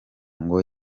ngo